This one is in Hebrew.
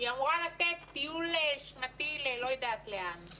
היא אמורה לתת טיול שנתי, הצגה.